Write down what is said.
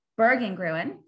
Bergengruen